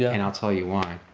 yeah and i'll tell you why.